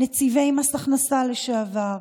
נציבי מס הכנסה לשעבר,